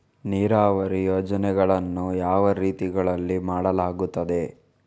ನೀರಾವರಿ ಯೋಜನೆಗಳನ್ನು ಯಾವ ರೀತಿಗಳಲ್ಲಿ ಮಾಡಲಾಗುತ್ತದೆ?